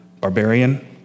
barbarian